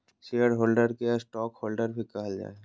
share holder के stockholder भी कहल जा हइ